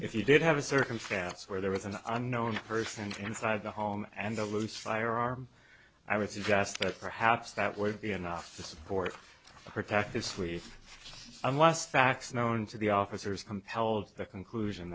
if you did have a circumstance where there was an unknown person inside the home and a loose firearm i would suggest that perhaps that would be enough to support protect this week unless facts known to the officers compelled the conclusion